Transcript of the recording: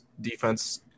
defense –